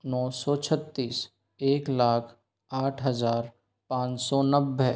नौ सौ छत्तीस एक लाख आठ हज़ार पाँच सौ नब्बे